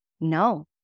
No